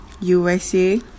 USA